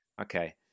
Okay